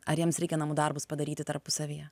ar jiems reikia namų darbus padaryti tarpusavyje